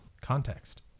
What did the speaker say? context